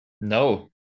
no